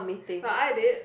but I did